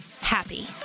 happy